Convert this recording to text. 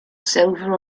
silver